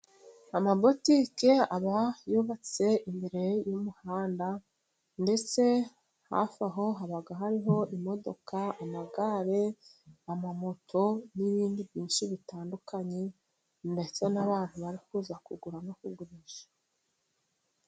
Amabotike aba yubatse imbere y'umuhanda, ndetse hafi aho haba hariho imodoka, amagare, amamoto n'ibindi byinshi bitandukanye, ndetse n'abantu bari kuza kugura no kugurisha.